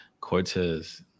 Cortez